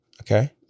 okay